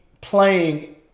playing